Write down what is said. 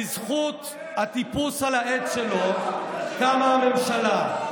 בזכות הטיפוס על העץ שלו, קמה הממשלה.